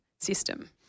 system